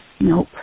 Nope